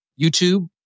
YouTube